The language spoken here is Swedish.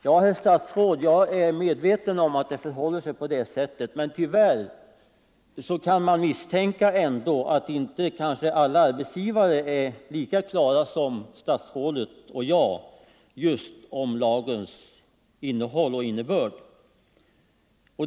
Ja, herr statsrådet, jag är medveten om att det förhåller sig på det sättet, men tyvärr kan man misstänka att alla arbetsgivare inte har lagens innehåll och innebörd lika klar för sig som statsrådet och jag.